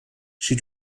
she